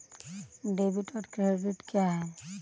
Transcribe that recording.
Debit और credit क्या है?